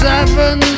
Seven